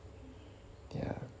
ya